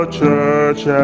church